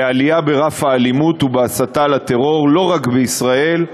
לעלייה ברף האלימות ובהסתה לטרור לא רק בישראל,